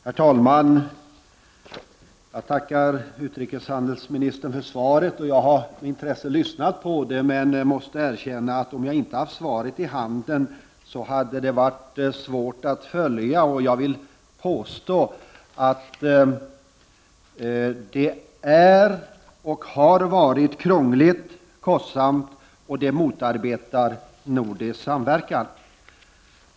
Herr talman! Jag tackar utrikeshandelsministern för svaret. Jag har med intresse lyssnat på det, men måste erkänna att om jag inte haft det skriftliga svaret i handen, hade det varit svårt att följa. Jag vill påstå att nuvarande ordning är krånglig och kostsam och motarbetar nordisk samverkan.